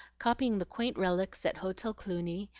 copying the quaint relics at hotel cluny,